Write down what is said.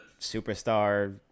superstar